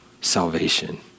salvation